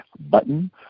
button